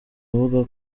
avuga